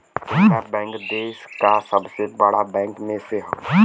Canara bank देस का सबसे बड़ा बैंक में से हौ